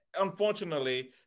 Unfortunately